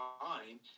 fine